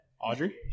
Audrey